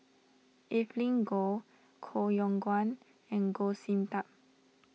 Evelyn Goh Koh Yong Guan and Goh Sin Tub